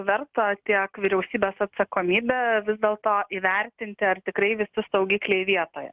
verta tiek vyriausybės atsakomybę vis dėlto įvertinti ar tikrai visi saugikliai vietoje